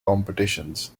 competitions